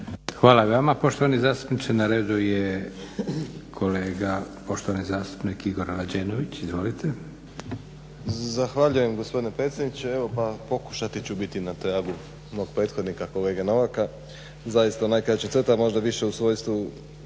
Hvala i vama poštovani zastupniče. Na radu je kolega poštovani zastupnik Igor Rađenović. Izvolite. **Rađenović, Igor (SDP)** Zahvaljujem gospodine predsjedniče. Evo pokušati ću biti na tragu mog prethodnika kolege Novaka, zaista u najkraćim crtama, možda više u svojstvu